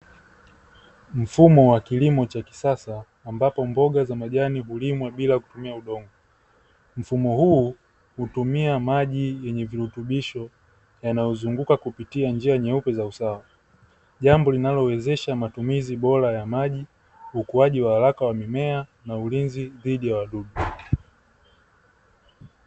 Mfumo wa kilimo cha kisasa, ambapo mboga za majani hulimwa bila kutumia udongo. Mfumo huu hutumia maji yenye virutubisho, yanayozunguka kupitia njia nyeupe za usawa, jambo linalowezesha matumizi bora ya maji, ukuaji wa haraka wa mimea, na ulinzi dhidi ya wadudu.